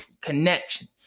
connection